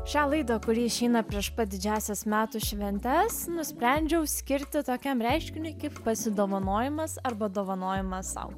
šią laidą kuri išeina prieš pat didžiąsias metų šventes nusprendžiau skirti tokiam reiškiniui kaip pasidovanojimas arba dovanojimas sau